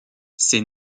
ces